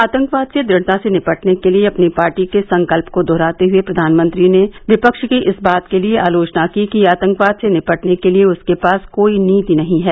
आतंकवाद से दृढ़ता से निपटने के लिए अपनी पार्टी के संकल्प को दोहराते हुए प्रधानमंत्री मोदी ने विपक्ष की इस बात के लिए आलोचना की कि आतंकवाद से निपटने के लिए उसके पास कोई नीति नहीं है